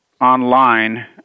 online